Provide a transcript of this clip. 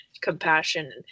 compassion